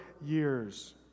years